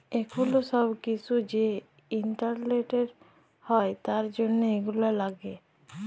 এখুল সব কিসু যে ইন্টারলেটে হ্যয় তার জনহ এগুলা লাগে